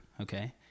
okay